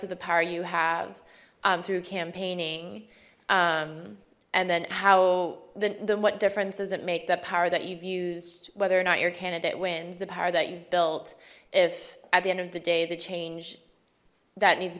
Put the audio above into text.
of the power you have through campaigning and then how then what difference does it make the power that you've used whether or not your candidate wins the power that you've built if at the end of the day the change that needs to